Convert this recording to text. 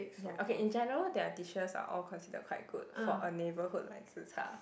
ya okay in general their dishes are all considered quite good for a neighborhood like zi char